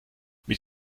mit